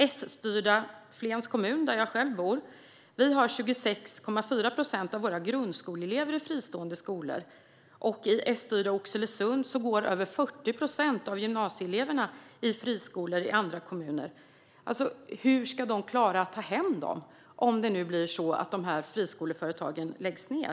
Jag bor själv i Sstyrda Flens kommun, och där har vi 26,4 procent av våra grundskoleelever i fristående skolor. I S-styrda Oxelösund går över 40 procent av gymnasieeleverna i friskolor i andra kommuner. Hur ska kommunerna klara att ta hem dessa elever om friskoleföretagen läggs ned?